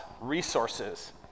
resources